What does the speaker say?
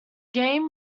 game